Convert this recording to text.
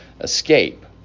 escape